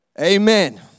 amen